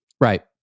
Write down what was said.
Right